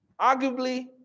Arguably